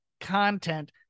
content